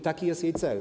Taki jest jej cel.